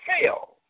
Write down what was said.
fail